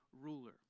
ruler